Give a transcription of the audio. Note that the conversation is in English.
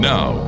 Now